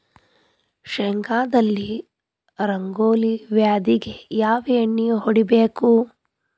ಶೇಂಗಾದಲ್ಲಿ ರಂಗೋಲಿ ವ್ಯಾಧಿಗೆ ಯಾವ ಎಣ್ಣಿ ಹೊಡಿಬೇಕು?